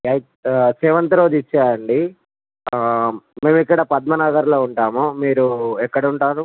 eighth seventh రోజు ఇచ్చేయండి మేము ఇక్కడ పద్మ నగర్లో ఉంటాము మీరు ఎక్కడుంటారు